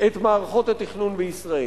את מערכות התכנון בישראל.